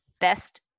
best